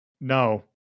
No